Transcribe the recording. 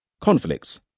conflicts